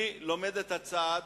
אני לומד את הצד